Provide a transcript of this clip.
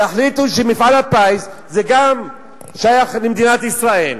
תחליטו שמפעל הפיס גם שייך למדינת ישראל,